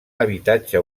habitatge